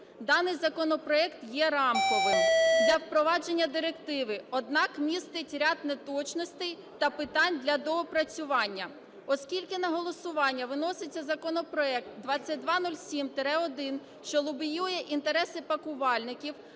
Даний законопроект є рамковим для впровадження директиви, однак містить ряд неточностей та питань для доопрацювання. Оскільки на голосування виноситься законопроект 2207-1, що лобіює інтереси пакувальників,